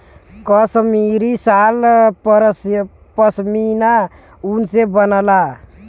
कसमीरी साल पसमिना ऊन से बनला